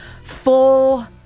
full